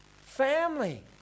family